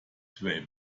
tray